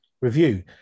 review